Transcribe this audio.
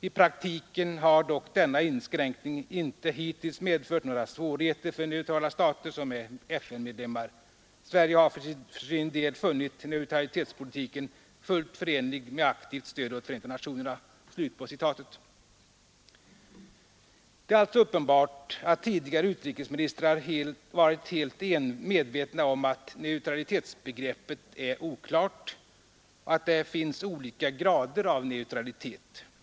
I praktiken har dock denna inskränkning inte hittills medfört några svårigheter för neutrala stater som är FN-medlemmar. Sverige har för sin del funnit neutralitetspolitiken fullt förenlig med aktivt stöd åt Förenta Nationerna.” Det är alltså uppenbart att tidigare utrikesministrar varit helt medvetna om att neutralitetsbegreppet är oklart, att det finns olika grader av neutralitet.